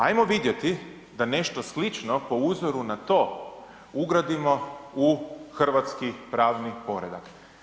Ajmo vidjeti da nešto slično po uzoru na to ugradimo u hrvatski pravni poredak.